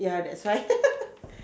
ya that's why